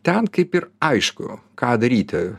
ten kaip ir aišku ką daryti